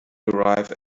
arrive